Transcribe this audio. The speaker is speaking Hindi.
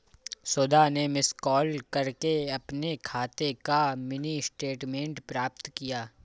सुधा ने मिस कॉल करके अपने खाते का मिनी स्टेटमेंट प्राप्त किया